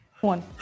One